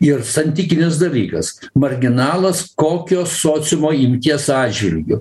ir santykinis dalykas marginalas kokio sociumo imties atžvilgiu